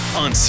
on